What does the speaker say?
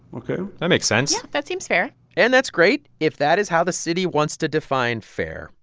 ok? that makes sense yeah, that seems fair and that's great if that is how the city wants to define fair.